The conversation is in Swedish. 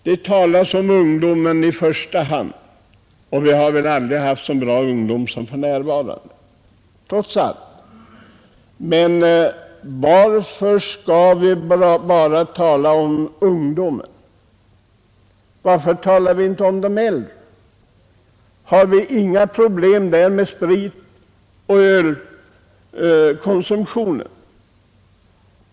Det talas i första hand om ungdomen. Vi har väl aldrig haft en så bra ungdom som för närvarande — trots allt. Varför skall vi bara tala om ungdomen? Varför talar vi inte om de äldre? Har de inga problem med spritoch ölkonsumtionen?